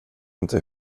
inte